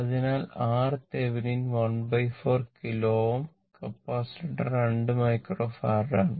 അതിനാൽ RThevenin 14 kilo Ω capacitor 2 microfarad ആണ്